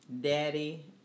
Daddy